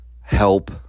help